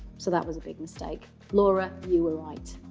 so, that was a big mistake. laura, you were right.